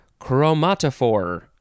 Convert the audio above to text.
chromatophore